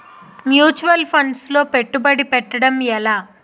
Mutual funds లో పెట్టుబడి పెట్టడం ఎలా?